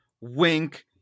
wink